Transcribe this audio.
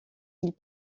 ils